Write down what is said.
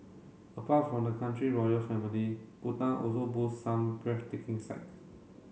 apart from the country royal family Bhutan also boasts some breathtaking sights